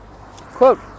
Quote